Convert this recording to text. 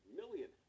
million